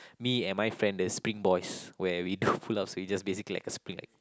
me and my friend the spring boys where we do pull-ups we just basically like spring like